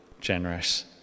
generous